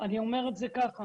אני אומר את זה ככה,